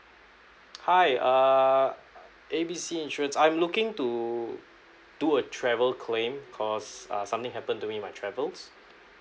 hi err A B C insurance I'm looking to do a travel claim because uh something happened to me in my travels